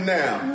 now